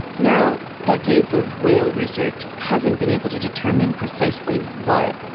now, decades of whale research hasn't been able to determine precisely what,